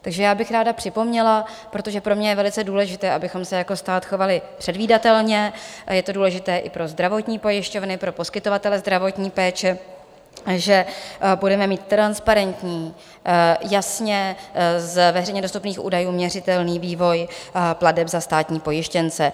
Takže já bych ráda připomněla, protože pro mě je velice důležité, abychom se jako stát chovali předvídatelně, a je to důležité i pro zdravotní pojišťovny, pro poskytovatele zdravotní péče, že budeme mít transparentní, jasně, z veřejně dostupných údajů měřitelný vývoj plateb za státní pojištěnce.